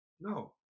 no